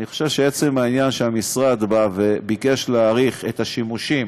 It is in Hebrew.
אני חושב שעצם העניין שהמשרד בא וביקש להאריך את השימושים,